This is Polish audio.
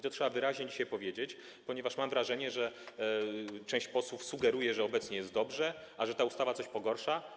To trzeba wyraźnie dzisiaj powiedzieć, ponieważ mam wrażenie, że część posłów sugeruje, że obecnie jest dobrze, a ta ustawa coś pogarsza.